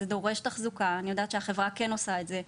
זה דורש תחזוקה, ואני יודעת שהחברה כן עושה את זה,